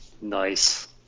Nice